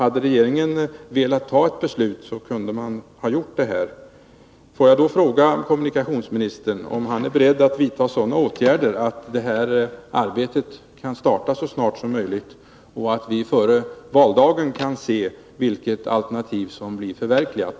Om regeringen hade velat fatta ett beslut, hade den kunnat göra det. Får jag fråga kommunikationsministern om han är beredd att vidta sådana åtgärder att arbetet kan starta så snart som möjligt och att vi före valdagen kan se vilket alternativ som blir förverkligat?